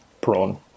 prawn